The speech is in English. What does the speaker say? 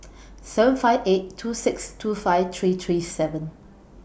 seven five eight two six two five three three seven